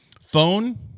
phone